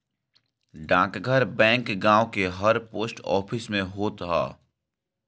डाकघर बैंक गांव के हर पोस्ट ऑफिस में होत हअ